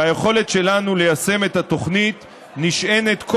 והיכולת שלנו ליישם את התוכנית נשענת,